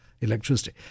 electricity